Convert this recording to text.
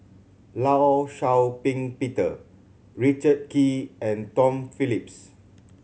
Law Shau Ping Peter Richard Kee and Tom Phillips